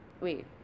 wait